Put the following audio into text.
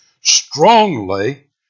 strongly